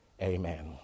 Amen